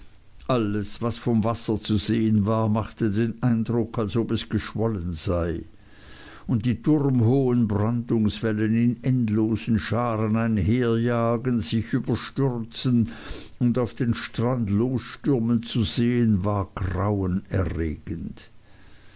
alles was von wasser zu sehen war machte den eindruck als ob es geschwollen sei und die turmhohen brandungswellen in endlosen scharen einherjagen sich überstürzen und auf den strand losstürmen zu sehen war